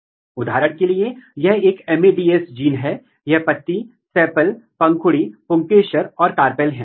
इसलिए यदि आप जंगली प्रकार के साथ तुलना करते हैं तो arf19 और arf7 अकेले व पार्श्व मूल विकास पर बहुत अधिक प्रभाव नहीं डालते हैं